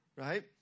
Right